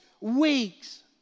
weeks